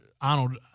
Arnold